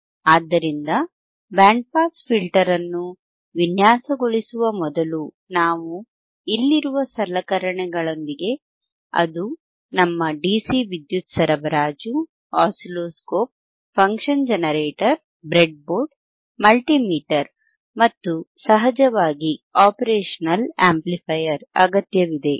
ಆದ್ದರಿಂದಬ್ಯಾಂಡ್ pass filter ಅನ್ನು ವಿನ್ಯಾಸಗೊಳಿಸುವ ಮೊದಲು ನಾವು ಇಲ್ಲಿರುವ ಸಲಕರಣೆಗಳೊಂದಿಗೆ ಅದು ನಮ್ಮ ಡಿಸಿ ವಿದ್ಯುತ್ ಸರಬರಾಜು oscilloscope function generator breadboard multimeter ಮತ್ತು ಸಹಜವಾಗಿ ಆಪರೇಷನಲ್ ಆಂಪ್ಲಿಫೈಯರ್ ಅಗತ್ಯವಿದೆ